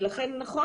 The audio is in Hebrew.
לכן נכון,